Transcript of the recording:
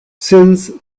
since